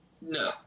No